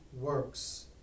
works